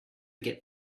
get